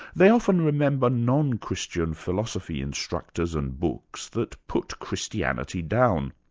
they often remember non-christian philosophy instructors and books that put christianity down.